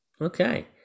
Okay